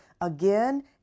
again